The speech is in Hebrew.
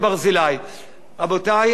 רבותי, אני מבולבל.